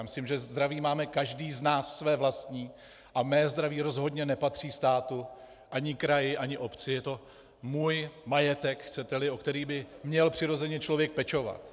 Myslím, že zdraví máme každý z nás své vlastní a mé zdraví rozhodně nepatří státu ani kraji ani obci, je to můj majetek, chceteli, o který by měl přirozeně člověk pečovat.